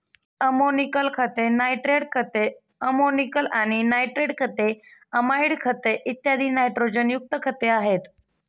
ammoniacal खते, nitrate खते, ammoniacal आणि नायट्रेट खते, अमाइड खते, इत्यादी नायट्रोजनयुक्त खते आहेत